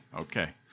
Okay